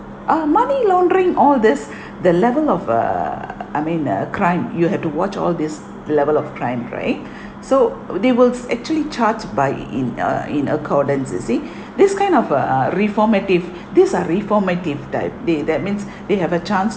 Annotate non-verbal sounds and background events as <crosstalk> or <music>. uh money laundering all these <breath> the level of err I mean uh crime you have to watch all these level of crime right <breath> so they were actually charged by in uh in accordance you see <breath> this kind of a reformative <breath> these are reformative that they that means <breath> they have a chance